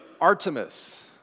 Artemis